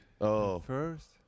first